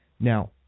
Now